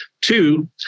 two